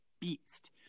beast